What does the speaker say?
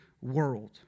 world